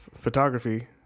photography